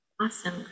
Awesome